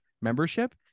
membership